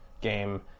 game